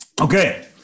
Okay